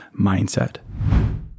mindset